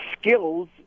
skills